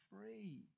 free